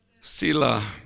Sila